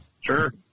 Sure